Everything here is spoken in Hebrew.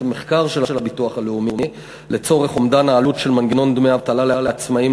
המחקר של הביטוח הלאומי לצורך אומדן העלות של מנגנון דמי אבטלה לעצמאים